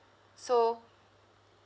so